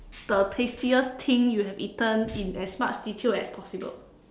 the tastiest thing you have eaten in as much detail as possible